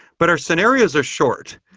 but our scenarios are short.